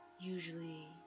usually